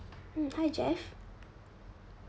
mm hi jeff